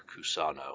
Cusano